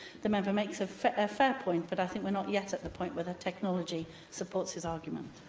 the member makes a fair fair point, but i think we're not yet at the point where the technology supports his argument.